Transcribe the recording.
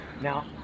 Now